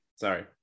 Sorry